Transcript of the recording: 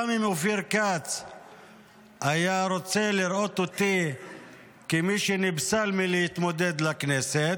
גם אם אופיר כץ היה רוצה לראות אותי כמי שנפסל מהתמודדות לכנסת,